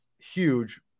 Huge